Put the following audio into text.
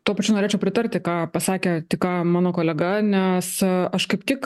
tuo pačiu norėčiau pritarti ką pasakė tik ką mano kolega nes aš kaip tik